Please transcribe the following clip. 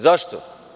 Zašto?